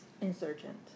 Insurgent